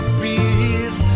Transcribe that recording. peace